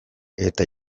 eta